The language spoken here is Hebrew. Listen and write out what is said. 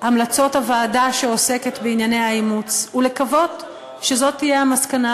המלצות הוועדה שעוסקת בענייני האימוץ ולקוות שזאת תהיה המסקנה,